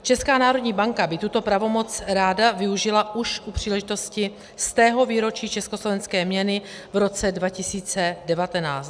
Česká národní banka by tuto pravomoc ráda využila už u příležitosti 100. výročí československé měny v roce 2019.